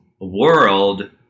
world